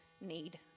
need